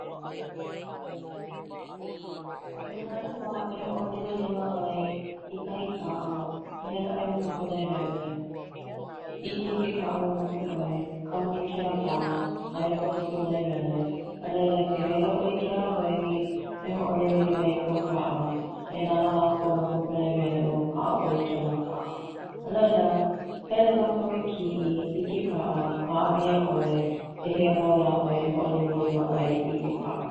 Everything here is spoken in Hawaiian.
O ka hana mua e hoʻolimalima ai i kahi kaʻa hele ʻoe ma ka punaewele, ʻike i ke kaʻa mamake ʻoe kaumi kela kaʻa aia ma ka punaewele a Laila ke hele ʻoe i kela wahi e hoʻolimalima I kou kaʻa e nana lakou ma ka punaewele ua paʻa ʻoe I kela kaʻa a laila hele lakou e kiʻi i ke kaʻa haʻawi iaʻoe ʻehia mau la ʻoe e hoʻolimalima ai I ke kaʻa.